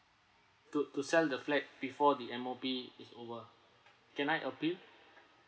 to to sell the flat before the M_O_P is over can I appeal